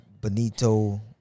Benito